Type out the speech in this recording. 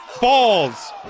balls